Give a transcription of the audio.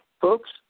Folks